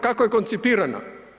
Kako je koncipirana?